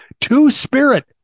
two-spirit